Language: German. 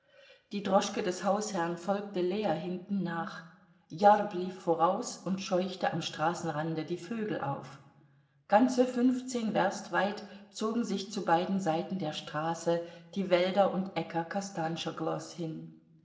die droschke des hausherrn folgte leer hinten nach jarb lief voraus und scheuchte am straßenrande die vögel auf ganze fünfzehn werst weit zogen sich zu beiden seiten der straße die wälder und äcker kostanschoglos hin